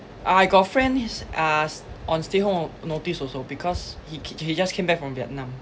I got friend uh on stay home notice also because he ke~ he just came back from Vietnam